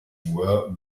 were